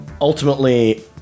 Ultimately